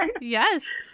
yes